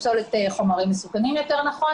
יותר נכון